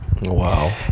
Wow